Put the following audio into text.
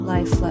Life